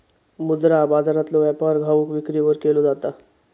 मुद्रा बाजारातलो व्यापार घाऊक विक्रीवर केलो जाता